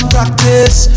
Practice